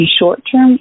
short-term